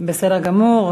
בסדר גמור.